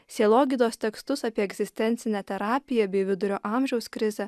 sielogydos tekstus apie egzistencinę terapiją bei vidurio amžiaus krizę